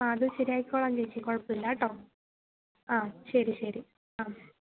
ആ അത് ശരിയാക്കിക്കൊള്ളാം ചേച്ചി കുഴപ്പമില്ല കേട്ടോ ആ ശരി ശരി ആ